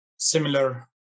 similar